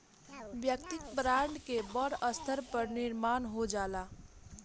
वैयक्तिक ब्रांड के बड़ स्तर पर निर्माण हो जाला